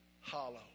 hollow